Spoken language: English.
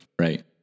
right